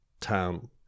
town